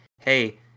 hey